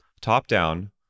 top-down